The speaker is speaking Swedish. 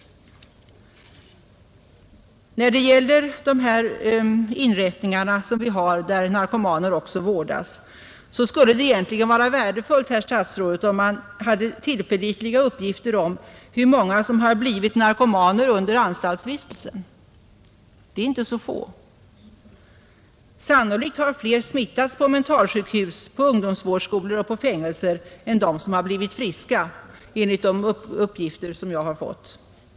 När det gäller de inrättningar vi har, där narkomaner också vårdas, skulle det egentligen vara värdefullt, herr statsråd, om man hade tillförlitliga uppgifter om hur många som har blivit narkomaner under anstaltsvistelsen. Det är inte så få. Sannolikt är de som smittats på mentalsjukhus, på ungdomsvårdsskolor och på fängelser fler än de som har blivit friska — enligt de uppgifter som jag har fått.